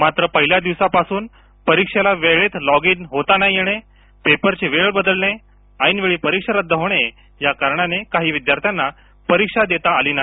मात्र पहिल्या दिवसापासून परीक्षेला वेळेत न लॉगीन होता येणे पेपरची वेळ बदलणे ऐनवेळी परीक्षा रद्द होणे या कारणाने काही विद्यार्थ्यांना परीक्षा देता आली नाही